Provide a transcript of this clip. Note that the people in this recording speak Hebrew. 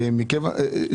הסמנכ"ל,